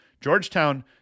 Georgetown